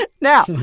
Now